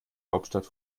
hauptstadt